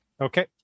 Okay